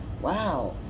wow